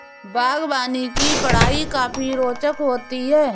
बागवानी की पढ़ाई काफी रोचक होती है